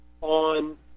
on